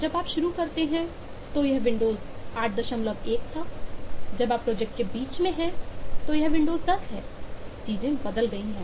जब आप शुरू करते हैं यह विंडोज़ 81 था जब आप प्रोजेक्ट के बीच में हैं तो यह विंडोज़ 10 है चीजें बदल गई हैं